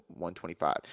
125